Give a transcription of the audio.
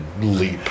leap